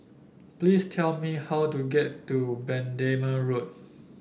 please tell me how to get to Bendemeer Road